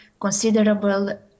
considerable